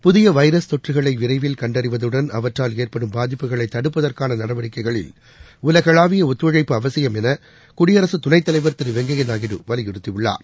புதியவைரஸ் தொற்றுகளைவிரைவில் கண்டறிவதுடன் அவற்றால் ஏற்படும் பாதிப்புகளைத் தடுப்பதற்கானநடவடிக்கைகளில் உலகளாவியஒத்துழைப்பு அவசியம் எனகுடியரசுதுணைத் தலைவர் திருவெங்கய்யநாயுடு வலியுறுத்தியுள்ளார்